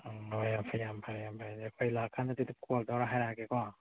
ꯑꯣ ꯌꯥꯝ ꯐꯩ ꯌꯥꯝ ꯐꯔꯦ ꯌꯥꯝ ꯐꯔꯦ ꯑꯗꯨꯗꯤ ꯑꯩꯈꯣꯏ ꯂꯥꯛꯑꯀꯥꯟꯗꯗꯤ ꯑꯗꯨꯝ ꯀꯣꯜ ꯇꯧꯔ ꯍꯥꯏꯔꯛꯑꯒꯦꯀꯣ